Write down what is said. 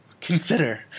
consider